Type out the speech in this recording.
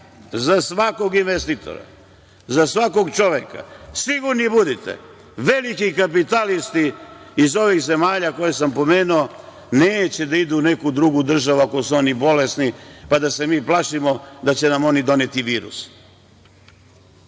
za svakog investitora, za svakog čoveka. Sigurni budite, veliki kapitalisti iz ovih zemalja koje sam pomenuo neće da idu u neku drugu državu ako su oni bolesni, pa da se mi plašimo da će nam oni doneti virus.